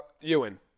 Ewan